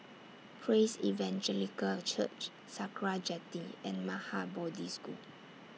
Praise Evangelical Church Sakra Jetty and Maha Bodhi School